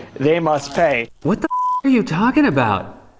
they must pay. what the are you talking about?